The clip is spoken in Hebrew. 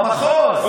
במחוז,